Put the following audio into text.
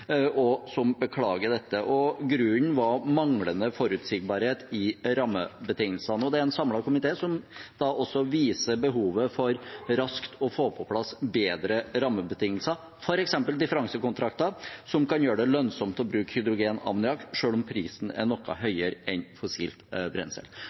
og som beklager dette. Grunnen var manglende forutsigbarhet i rammebetingelsene. Det er en samlet komité som viser behovet for raskt å få på plass bedre rammebetingelser, f.eks. differansekontrakter, som kan gjøre det lønnsomt å bruke hydrogen og ammoniakk selv om prisen er noe høyere enn fossilt brensel.